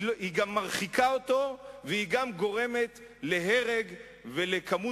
היא גם מרחיקה אותו וגם גורמת להרג ולכמות